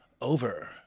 over